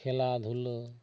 ᱠᱷᱮᱞᱟ ᱫᱷᱩᱞᱟᱹ